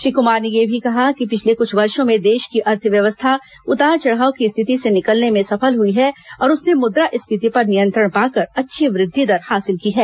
श्री कुमार ने यह भी कहा कि पिछले कुछ वर्षों में देश की अर्थव्यवस्था उतार चढ़ाव की स्थिति से निकलने में सफल हई है और उसने मुद्रास्फीति पर नियंत्रण पाकर अच्छी वृद्वि दर हासिल की है